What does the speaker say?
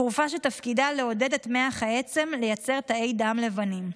תרופה שתפקידה לעודד את מוח העצם לייצר תאי דם לבנים.